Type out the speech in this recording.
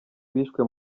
bishwe